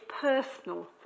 personal